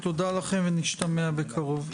תודה לכם ונשתמע בקרוב.